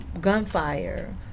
gunfire